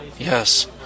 Yes